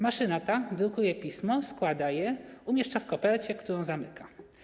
Maszyna ta drukuje pismo, składa je i umieszcza w kopercie, którą zamyka.